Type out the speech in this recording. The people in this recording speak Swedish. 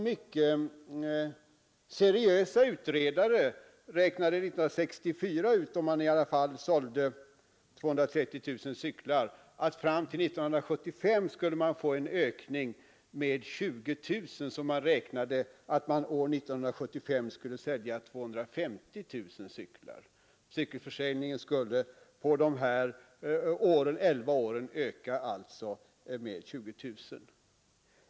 Mycket seriösa utredare räknade ut 1964, då man i alla fall sålde 230 000 cyklar, att fram till 1975 skulle man få en ökning med 20 000, så att man 1975 skulle sälja 250 000 cyklar. Cykelförsäljningen skulle alltså på de här elva åren öka med 20 000.